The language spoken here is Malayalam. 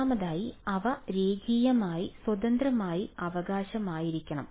ഒന്നാമതായി അവ രേഖീയമായി സ്വതന്ത്രമായ അവകാശമായിരിക്കണം